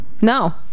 no